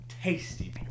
tasty